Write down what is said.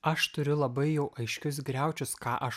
aš turiu labai jau aiškius griaučius ką aš